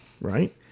right